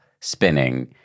spinning